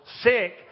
sick